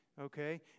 okay